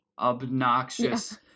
obnoxious